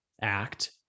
Act